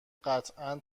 قطعا